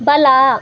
ಬಲ